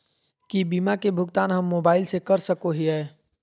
की बीमा के भुगतान हम मोबाइल से कर सको हियै?